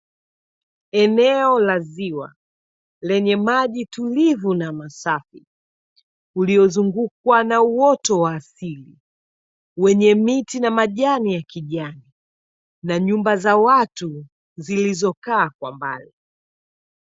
Eneo la ziwa lenye maji tulivu na masafi, uliozungukwa na uoto wa asili wenye miti na majani ya kijani, na nyumba za watu zilizokaa kwa mbali.